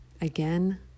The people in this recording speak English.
again